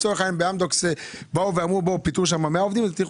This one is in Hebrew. באמדוקס פיטרו 100 עובדים ואפשר להגיד להם,